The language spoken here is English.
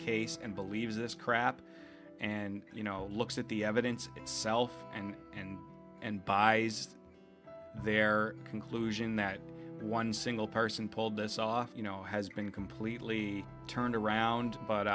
case and believes this crap and you know looks at the evidence itself and and and by their conclusion that one single person pulled this off you know has been completely turned